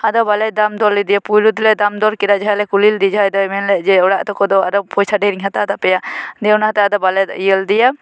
ᱟᱫᱚ ᱵᱟᱞᱮ ᱫᱟᱢ ᱫᱚᱨ ᱞᱮᱫᱮᱭᱟ ᱯᱩᱭᱞᱳ ᱛᱮᱞᱮ ᱫᱟᱢ ᱫᱚᱨ ᱠᱮᱫᱟ ᱡᱟᱦᱟᱸ ᱞᱮ ᱠᱩᱞᱤ ᱞᱮᱫᱮ ᱡᱟᱦᱟᱸᱭ ᱫᱚᱭ ᱢᱮᱱ ᱞᱮᱫ ᱚᱲᱟᱜ ᱛᱟᱠᱚ ᱫᱚ ᱟᱨᱚ ᱯᱚᱭᱥᱟ ᱰᱷᱮᱨ ᱤᱧ ᱦᱟᱛᱟᱣ ᱛᱟᱯᱮᱭᱟ ᱫᱤᱭᱮ ᱚᱱᱟ ᱟᱫᱚ ᱵᱟᱞᱮ ᱤᱭᱟᱹ ᱞᱮᱫᱮᱭᱟ